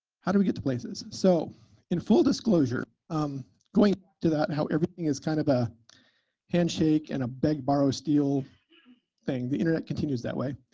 how do we get to places? so in full disclosure, um going back to that how everything is kind of a handshake and a beg, borrow, steal thing, the internet continues that way.